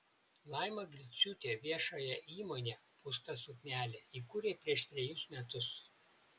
laima griciūtė viešąją įmonę pūsta suknelė įkūrė prieš trejus metus